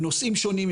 בנושאים שונים,